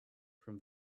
from